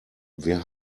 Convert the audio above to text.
wer